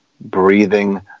breathing